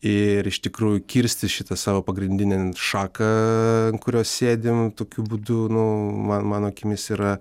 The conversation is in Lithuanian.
ir iš tikrųjų kirsti šitą savo pagrindinę šaką ant kurios sėdim tokiu būdu nu man mano akimis yra